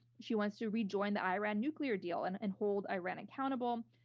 she wants to rejoin the iran nuclear deal and and hold iran accountable.